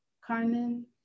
Carmen